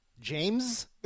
james